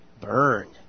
Burn